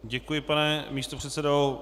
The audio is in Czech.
Děkuji, pane místopředsedo.